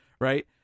right